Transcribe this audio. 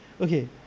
Okay